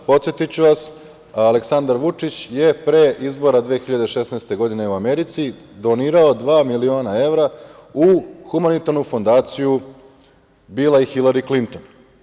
Podsetiću vas, Aleksandar Vučić je pre izbora 2016. godine u Americi donirao dva miliona evra u humanitarnu fondaciju Bila i Hilari Klinton.